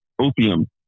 opium